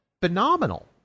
phenomenal